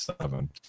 seven